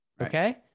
Okay